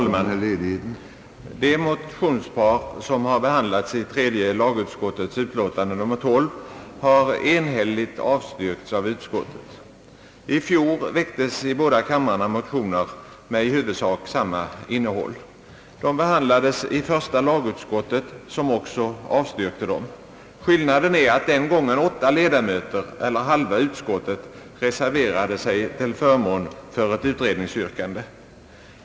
Herr talman! Det motionspar som behandlas i tredje lagutskottets utlåtande nr 12 har enhälligt avstyrkts av utskottet. I fjol väcktes i båda kamrarna motioner med i huvudsak samma innehåll. De behandlades i första lagutskottet, som också avstyrkte dem. Skillnaden är att den gången åtta ledamöter — eller halva utskottet — reserverade sig till förmån för motionärernas utredningsyrkande.